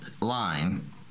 line